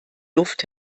luft